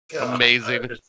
Amazing